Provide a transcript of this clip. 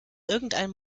irgendeinem